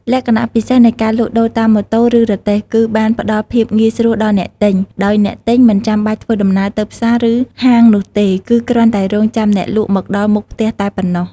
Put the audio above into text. លក្ខណៈពិសេសនៃការលក់ដូរតាមម៉ូតូ ឬរទេះគឺបានផ្ដល់ភាពងាយស្រួលដល់អ្នកទិញ ដោយអ្នកទិញមិនចាំបាច់ធ្វើដំណើរទៅផ្សារ ឬហាងនោះទេ គឺគ្រាន់តែរង់ចាំអ្នកលក់មកដល់មុខផ្ទះតែប៉ុណ្ណោះ។